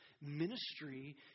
Ministry